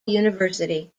university